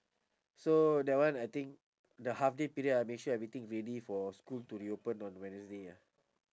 so that one I think the half day period ah make sure everything ready for school to reopen on wednesday ah